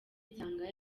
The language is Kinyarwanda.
nsanga